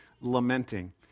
lamenting